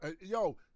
Yo